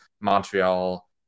Montreal